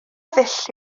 ddull